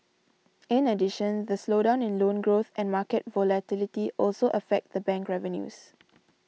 in addition the slowdown in loan growth and market volatility also affect the bank revenues